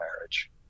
marriage